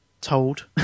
told